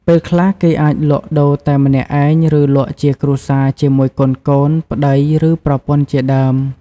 ពេលខ្លះ គេអាចលក់ដូរតែម្នាក់ឯង ឬលក់ជាគ្រួសារជាមួយកូនៗ ប្ដី ឬ ប្រពន្ធជាដើម។